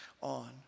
on